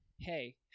hey